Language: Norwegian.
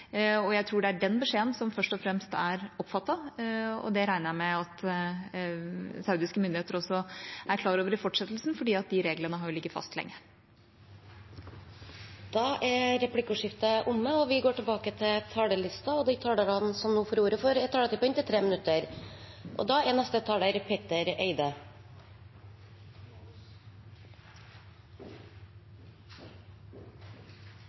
Saudi-Arabia. Jeg tror det er den beskjeden som først og fremst er oppfattet, og det regner jeg med at saudiske myndigheter også er klar over i fortsettelsen, for de reglene har ligget fast lenge. Replikkordskiftet er omme. De talere som heretter får ordet, har en taletid på inntil 3 minutter. Det kan kanskje – spesielt etter å ha hørt representanten Christian Tybring-Gjedde i stad – av og